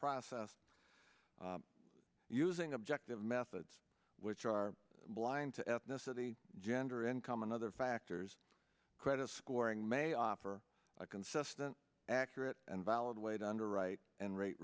process using objective methods which are blind to ethnicity gender income and other factors credit scoring may offer a consistent accurate and valid way to underwrite and rate